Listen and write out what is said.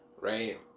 right